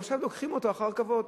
ועכשיו לוקחים אותו אחר כבוד.